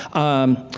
um,